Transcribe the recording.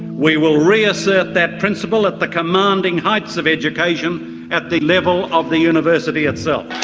we will reassert that principle at the commanding heights of education at the level of the university itself.